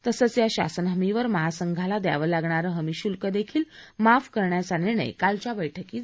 तसंच या शासन हमीवर महासंघाला द्यावं लागणारं हमी शुल्क देखील माफ करण्याचा निर्णय कालच्या बस्कीत झाला